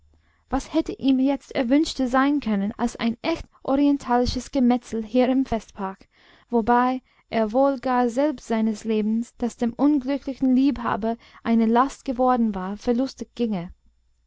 was hätte ihm jetzt erwünschter sein können als ein echt orientalisches gemetzel hier im festpark wobei er wohl gar selbst seines lebens das dem unglücklichen liebhaber eine last geworden war verlustig ginge